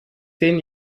zehn